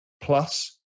plus